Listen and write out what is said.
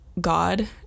God